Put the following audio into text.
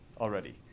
already